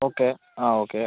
okay ആ okay